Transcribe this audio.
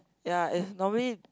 ya is normally